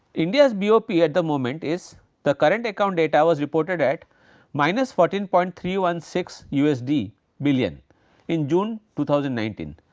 india's bop yeah at the moment is the current account data was reported at minus fourteen point three one six usd billion in june two thousand and nineteen.